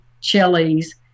chilies